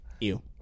Ew